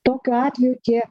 tokiu atveju tie